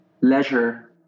leisure